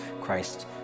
Christ